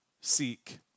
seek